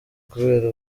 kubera